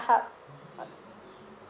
uh